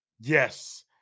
Yes